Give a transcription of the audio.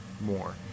more